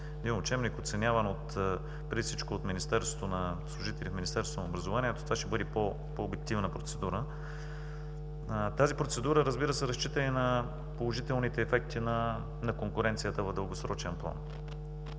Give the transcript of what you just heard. един учебник, оценяван преди всичко от служители в Министерството на образованието, това ще бъде по-обективна процедура. Тази процедура, разбира се, разчита и на положителните ефекти на конкуренцията в дългосрочен план.